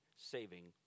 saving